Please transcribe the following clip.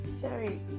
Sorry